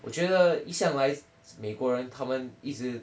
我觉得一向来美国人他们一直